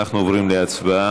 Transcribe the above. אנחנו עוברים להצבעה.